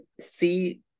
see